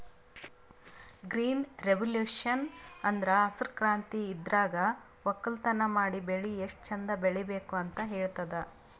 green revolution ಅಂದ್ರ ಹಸ್ರ್ ಕ್ರಾಂತಿ ಇದ್ರಾಗ್ ವಕ್ಕಲತನ್ ಮಾಡಿ ಬೆಳಿ ಎಷ್ಟ್ ಚಂದ್ ಬೆಳಿಬೇಕ್ ಅಂತ್ ಹೇಳ್ತದ್